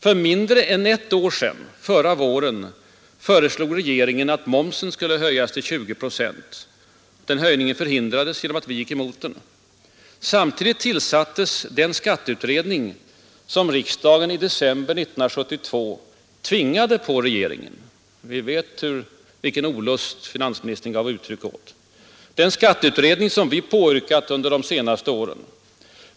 För mindre än ett år sedan, förra våren, föreslog regeringen att momsen skulle höjas till 20 procent. Den höjningen förhindrades genom att vi gick emot den. Samtidigt tillsattes den skatteutredning som riksdagen i december 1971 tvingade på regeringen — vi vet vilken olust finansministern gav uttryck åt — den skatteutredning som vi påyrkat under de senaste åren.